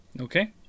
Okay